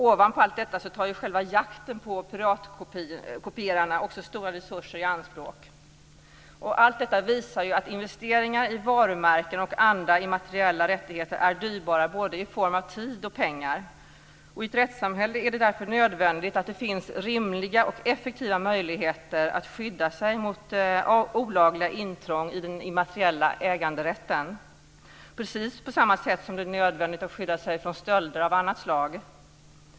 Ovanpå allt detta tar själva jakten på piratkopierarna också stora resurser i anspråk. Allt detta visar att investeringar i varumärken och andra immateriella rättigheter är dyrbara både när det gäller tid och pengar. I ett rättssamhälle är det därför nödvändigt att det finns rimliga och effektiva möjligheter att skydda sig mot olagliga intrång i den immateriella äganderätten, precis på samma sätt som det är nödvändigt att skydda sig från stölder av annat slag.